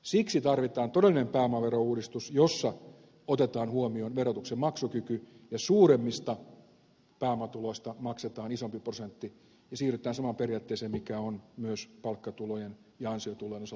siksi tarvitaan todellinen pääomaverouudistus jossa otetaan huomioon verotuksen maksukyky ja suuremmista pääomatuloista maksetaan isompi prosentti ja siirrytään samaan periaatteeseen mikä on myös palkkatulojen ja ansiotulojen osalta ylipäänsä